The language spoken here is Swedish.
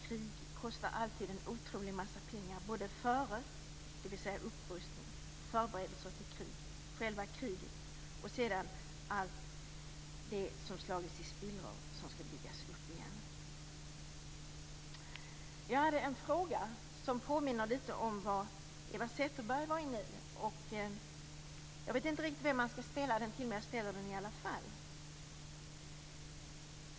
Krig kostar alltid otroligt mycket pengar - före, dvs. upprustning och förberedelse till krig, själva kriget och sedan allt det som slagits i spillror och som skall byggas upp igen. Jag hade en fråga som påminner litet om vad Eva Zetterberg var inne på. Jag vet inte riktigt vem jag skall ställa den till, men jag skall ställa den i alla fall.